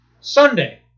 Sunday